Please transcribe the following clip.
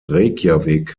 reykjavík